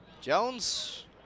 Jones